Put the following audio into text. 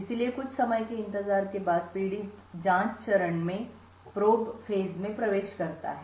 इसलिए कुछ समय के इंतजार के बाद पीड़ित जांच चरण में प्रवेश करता है